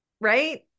right